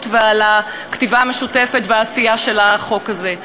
ועל הכתיבה המשותפת והעשייה של החוק הזה.